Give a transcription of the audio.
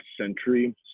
century